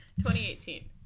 2018